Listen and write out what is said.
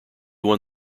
won